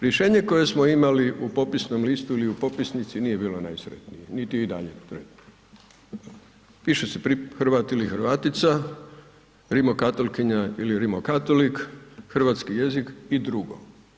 Rješenje koje smo imali u popisnom listu ili u popisnici nije bilo najsretnije niti i dalje … piše se Hrvat ili Hrvatica, rimokatolkinja ili rimokatolik, hrvatski jezik i drugo.